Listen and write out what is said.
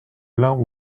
l’un